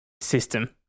system